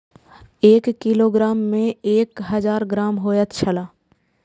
एक किलोग्राम में एक हजार ग्राम होयत छला